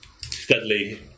Steadily